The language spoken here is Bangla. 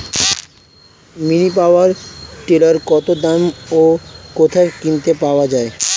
মিনি পাওয়ার টিলার কত দাম ও কোথায় কিনতে পাওয়া যায়?